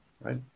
Right